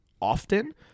often